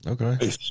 Okay